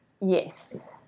Yes